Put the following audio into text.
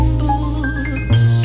books